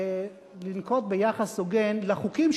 לנקוט יחס הוגן לחוקים,